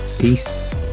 Peace